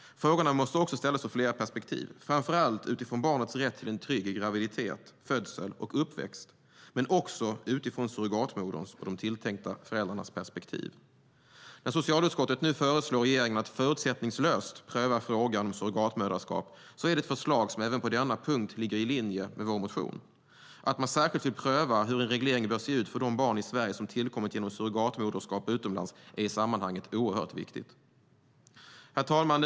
Frågorna måste också ställas ur flera perspektiv - framför allt utifrån barnets rätt till en trygg graviditet, födsel och uppväxt, men också utifrån surrogatmoderns och de tilltänkta föräldrarnas perspektiv. När socialutskottet nu föreslår regeringen att förutsättningslöst pröva frågan om surrogatmoderskap är det ett förslag som även på denna punkt ligger i linje med vår motion. Det är i sammanhanget oerhört viktigt att man särskilt vill pröva hur en reglering bör se ut för de barn i Sverige som har tillkommit genom surrogatmoderskap utomlands. Herr talman!